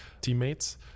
teammates